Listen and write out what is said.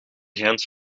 grens